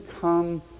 come